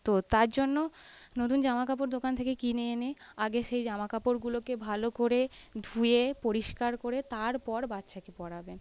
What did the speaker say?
তো তার জন্য নতুন জামাকাপড় দোকান থেকে কিনে এনে আগে সেই জামাকাপড়গুলোকে ভালো করে ধুয়ে পরিষ্কার করে তারপর বাচ্চাকে পরাবেন